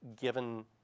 given